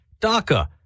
DACA